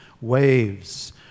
waves